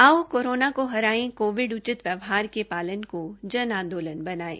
आओ कोरोना को हराए कोविड उचित व्यवहार के पालन को जन आंदोलन बनायें